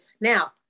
Now